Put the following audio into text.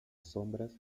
sombras